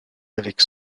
avec